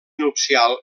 nupcial